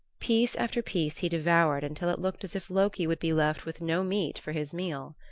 piece after piece he devoured until it looked as if loki would be left with no meat for his meal.